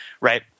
right